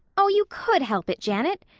oh, you could help it, janet.